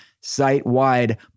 site-wide